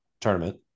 tournament